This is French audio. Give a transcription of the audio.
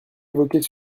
évoquer